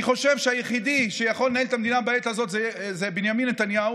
אני חושב שהיחיד שיכול לנהל את המדינה בעת הזאת זה בנימין נתניהו,